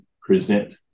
present